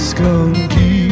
Skunky